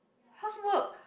how's work